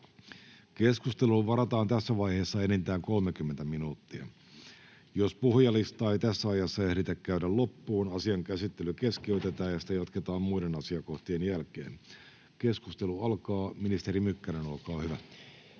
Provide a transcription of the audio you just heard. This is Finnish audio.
Keskusteluun varataan tässä vaiheessa enintään 30 minuuttia. Jos puhujalistaa ei tässä ajassa ehditä käydä loppuun, asian käsittely keskeytetään ja sitä jatketaan muiden asiakohtien jälkeen. Keskustelu alkaa. — Ministeri Mykkänen, olkaa hyvä.